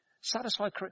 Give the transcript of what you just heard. satisfied